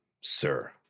Sir